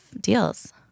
deals